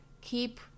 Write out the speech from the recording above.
keep